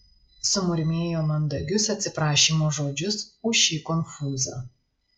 sumurmėjo mandagius atsiprašymo žodžius už šį konfūzą